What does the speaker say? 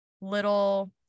little